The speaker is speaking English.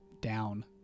down